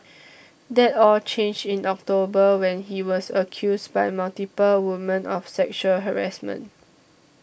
that all changed in October when he was accused by multiple women of sexual harassment